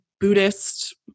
Buddhist